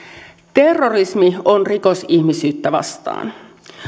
terrorismi on rikos ihmisyyttä vastaan